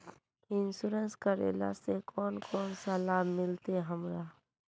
Insurance करेला से कोन कोन सा लाभ मिलते हमरा?